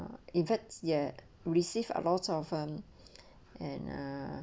the events yet received a lot of um and ah